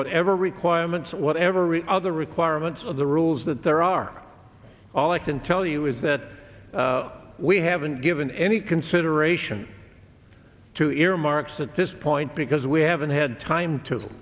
whatever requirements whatever really other requirements of the rules that there are all i can tell you is that we haven't given any consideration to earmarks at this point because we haven't had time to